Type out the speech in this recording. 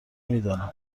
میدانیم